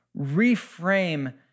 reframe